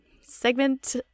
segment